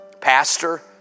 pastor